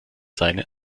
seine